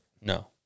No